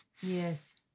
Yes